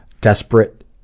desperate